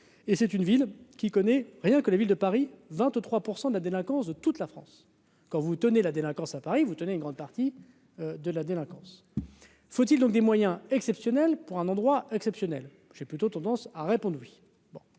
et c'est une ville qui connaît rien que la Ville de Paris, 23 % de la délinquance de toute la France, quand vous tenez la délinquance à Paris, vous tenez une grande partie de la délinquance, faut-il donc des moyens exceptionnels pour un endroit exceptionnel, j'ai plutôt tendance à répondre oui,